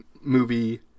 movie